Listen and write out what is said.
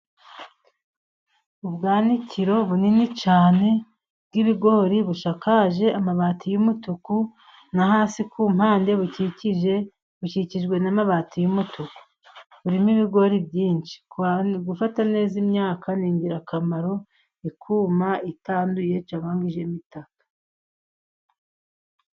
Ubwanikiro bunini cyane bw'ibigori busakaje amabati y'umutuku. No hasi ku mpande bukikijwe n'amabati y'umutuku. Burimo ibigori byinshi. Gufata neza imyaka ni ingirakamaro ikuma itanduye, cyangwa ngo ijyeho ibitaka.